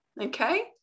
okay